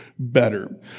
better